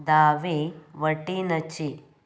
दावे वटेनचें